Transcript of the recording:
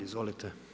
Izvolite.